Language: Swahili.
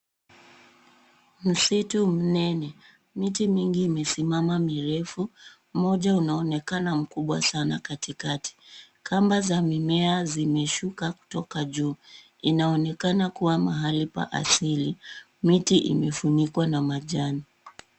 Msitu mnene. Miti mingi imesimama mirefu. Mmoja unaonekana mkubwa sana katikati. Kamba za mimea zimeshuka kutoka juu. Inaonekana kuwa mahali pa asili. Miti imefunikwa na majani.